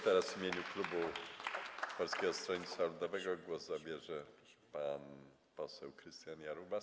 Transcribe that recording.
Teraz w imieniu klubu Polskiego Stronnictwa Ludowego głos zabierze pan poseł Krystian Jarubas.